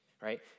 right